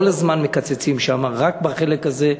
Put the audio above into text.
כל הזמן מקצצים שם, רק בחלק הזה,